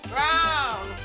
round